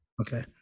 Okay